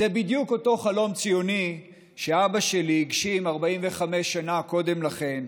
זה בדיוק אותו חלום ציוני שאבא שלי הגשים 35 שנה קודם לכן,